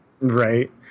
Right